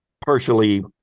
partially